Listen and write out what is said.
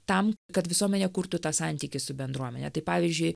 tam kad visuomenė kurtų tą santykį su bendruomene tai pavyzdžiui